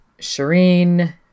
Shireen